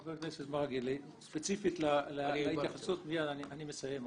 חבר הכנסת מרגי, ספציפית להתייחסות במתווה.